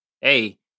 Hey